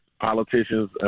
politicians